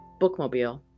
Bookmobile